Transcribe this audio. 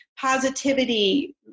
positivity